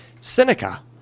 Seneca